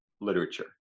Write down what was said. literature